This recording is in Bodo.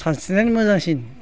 सानस्रिनायानो मोजांसिन